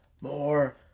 More